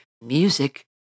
music